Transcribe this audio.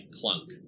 clunk